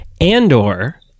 Andor